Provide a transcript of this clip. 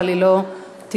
אבל הצבעתו לא תתווסף.